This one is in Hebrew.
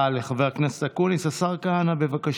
מזכ"ל מפלגת העבודה אמר את זה.